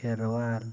Kherwal